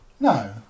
no